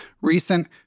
Recent